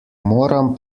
moram